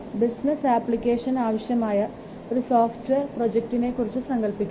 business അപ്ലിക്കേഷന് ആവശ്യമായ ഒരു സോഫ്റ്റ്വെയർ പ്രോജക്ടിനെക്കുറിച്ച് സങ്കൽപ്പിക്കുക